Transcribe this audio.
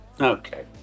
Okay